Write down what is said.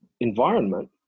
environment